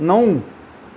नऊ